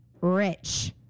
rich